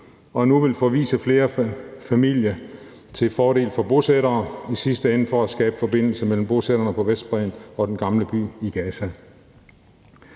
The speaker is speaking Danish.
og nu vil forvise flere familier til fordel for bosættere, i sidste ende for at skabe forbindelse mellem bosætterne på Vestbredden og den gamle by i Gaza.